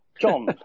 John